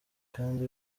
kandi